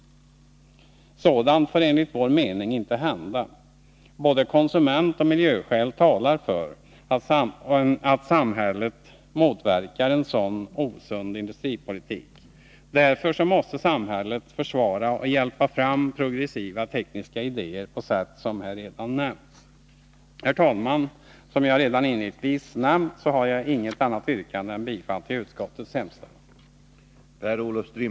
Sådant får enligt vår mening inte hända. Både konsumentoch miljöskäl talar för att samhället motverkar en sådan osund industripolitik. Därför måste samhället försvara och hjälpa fram progressiva tekniska idéer på sätt som här redan nämnts. Herr talman! Som jag redan inledningsvis nämnt har jag inget annat yrkande än bifall till utskottets hemställan.